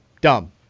Dumb